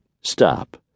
Stop